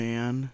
Man